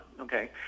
okay